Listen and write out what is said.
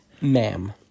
ma'am